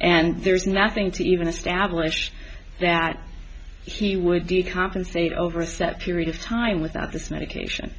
and there's nothing to even establish that he would be compensate over a set period of time without this medication